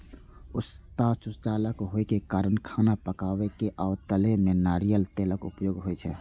उष्णता सुचालक होइ के कारण खाना पकाबै आ तलै मे नारियल तेलक उपयोग होइ छै